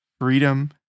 freedom